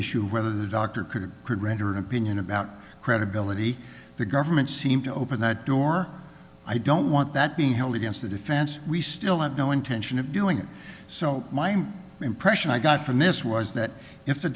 issue whether the doctor could or could render an opinion about credibility the government seemed to open that door i don't want that being held against the defense we still had no intention of doing it so my impression i got from this was that if the